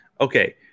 okay